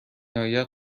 آید